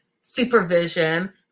supervision